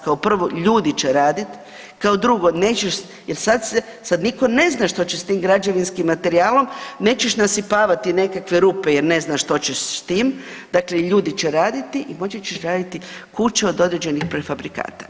Kao prvo ljudi će radit, kao drugo nećeš, jer sad se, sad nitko ne zna što će s tim građevinskim materijalom, nećeš nasipavati nekakve rupe jer ne znaš što ćeš s tim, dakle ljudi će raditi i moći će graditi kuće od određenih prefabrikata.